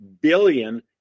billion